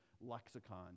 lexicon